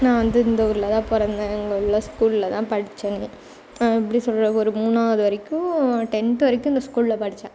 நான் வந்து இந்த ஊரில் தான் பிறந்தேன் இங்கே உள்ள ஸ்கூலில் தான் படித்தேன் எப்படி சொல்கிறது ஒரு மூணாவது வரைக்கும் டென்த் வரைக்கும் இந்த ஸ்கூலில் படித்தேன்